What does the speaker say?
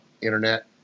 internet